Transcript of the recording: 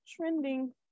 trending